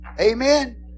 Amen